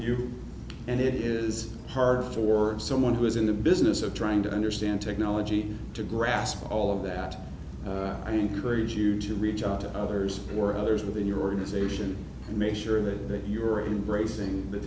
you and it is hard for someone who is in the business of trying to understand technology to grasp all of that i encourage you to reach out to others or others within your organization and make sure that you're in bracing